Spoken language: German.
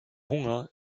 hunger